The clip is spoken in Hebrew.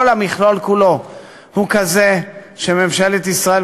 כל המכלול כולו הוא כזה שממשלת ישראל,